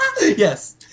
Yes